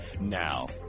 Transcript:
Now